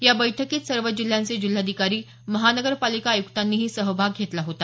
या बैठकीत सर्व जिल्ह्यांचे जिल्हाधिकारी महानगरपालिका आयुक्तांनीही सहभाग घेतला होता